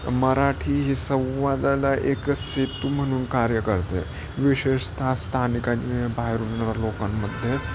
मराठी ही संवादाला एक सेतू म्हणून कार्य करते विशेषता स्थानिक आणि बाहेरून लोकांमध्ये